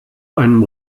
einem